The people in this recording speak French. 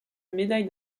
médaille